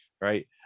right